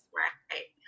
right